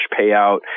payout